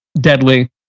deadly